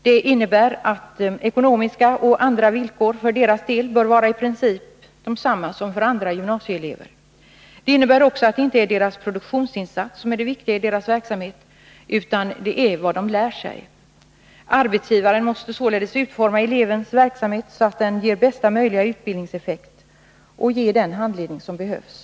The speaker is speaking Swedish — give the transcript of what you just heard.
Detta innebär att ekonomiska och andra villkor för deras del bör vara i princip desamma som för andra gymnasieelever. Det innebär också att det inte är deras produktionsinsats som är det viktiga i deras verksamhet, utan det viktiga är vad de lär sig. Arbetsgivaren måste således utforma elevens verksamhet så, att den ger bästa möjliga utbildningseffekt, och arbetsgivaren måste ge den handledning som behövs.